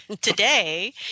today